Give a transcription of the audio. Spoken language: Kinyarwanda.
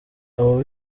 abo